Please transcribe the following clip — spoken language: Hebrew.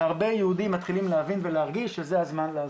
והרבה יהודים מתחילים להבין ולהרגיש שזה הזמן לעזוב.